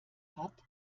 hat